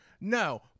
No